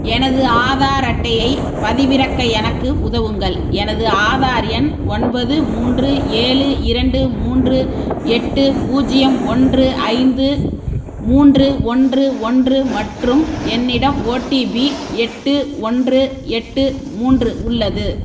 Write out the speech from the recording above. எனது ஆதார் அட்டையை பதிவிறக்க எனக்கு உதவுங்கள் எனது ஆதார் எண் ஒன்பது மூன்று ஏழு இரண்டு மூன்று எட்டு பூஜ்ஜியம் ஒன்று ஐந்து மூன்று ஒன்று ஒன்று மற்றும் என்னிடம் ஓடிபி எட்டு ஒன்று எட்டு மூன்று உள்ளது